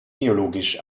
geologisch